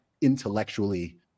intellectually